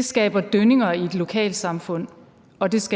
skaber dønninger i et lokalsamfund og det